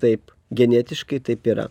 taip genetiškai taip yra